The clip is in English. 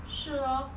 是咯